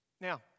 Now